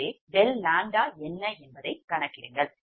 எனவே ∆ʎ என்ன என்பதைக் கணக்கிடுங்கள்